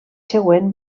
següent